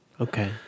Okay